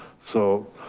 so